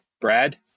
Brad